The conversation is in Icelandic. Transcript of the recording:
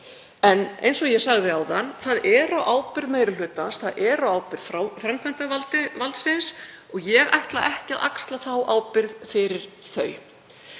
En eins og ég sagði áðan; það er á ábyrgð meiri hlutans, það er á ábyrgð framkvæmdarvaldsins og ég ætla ekki að axla þá ábyrgð fyrir þau.